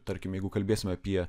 tarkim jeigu kalbėsim apie